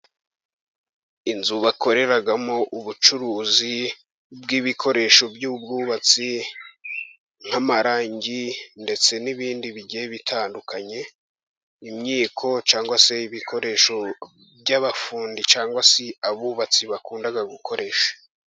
Inzu bakoreramo ubucuruzi bw'ibikoresho by'ubwubatsi nk'amarangi ndetse n'ibindi bigiye bitandukanye, imyiko cyangwa se ibikoresho by'abafundi cyangwa se abubatsi bakunda gukoresha.